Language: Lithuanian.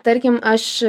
tarkim aš